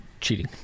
cheating